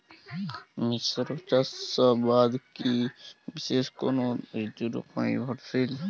মিশ্র চাষাবাদ কি বিশেষ কোনো ঋতুর ওপর নির্ভরশীল?